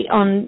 on